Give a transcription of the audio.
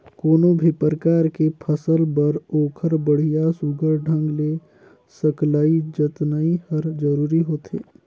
कोनो भी परकार के फसल बर ओखर बड़िया सुग्घर ढंग ले सकलई जतनई हर जरूरी होथे